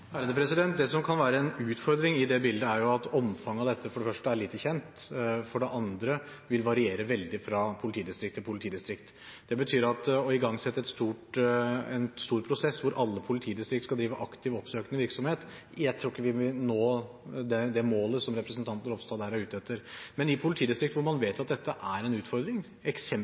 Det som kan være en utfordring i dette bildet, er at omfanget av dette er, for det første, lite kjent og, for det andre, vil variere veldig fra politidistrikt til politidistrikt. Ved å igangsette en stor prosess, hvor alle politidistrikter skal drive aktiv, oppsøkende virksomhet, tror jeg ikke vi vil nå det målet som representanten Ropstad her er ute etter. Men i politidistrikter hvor man